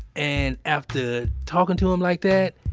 and, after talking to him like that,